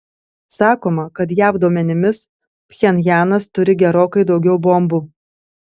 sakoma kad jav duomenimis pchenjanas turi gerokai daugiau bombų